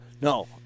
No